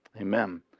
Amen